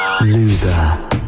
Loser